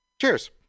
cheers